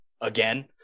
again